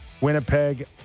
Winnipeg